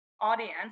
audience